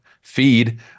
feed